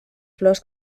flors